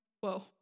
Whoa